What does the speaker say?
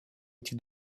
этих